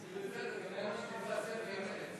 זה בסדר, כן.